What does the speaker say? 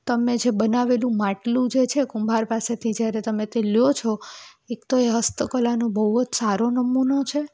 તમે જે બનાવેલું માટલું જે છે કુંભાર પાસેથી જ્યારે તમે તે લો છો એક તો એ હસ્તકલાનો બહુ જ સારો નમૂનો છે